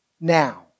Now